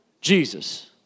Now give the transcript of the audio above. Jesus